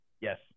Yes